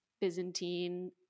Byzantine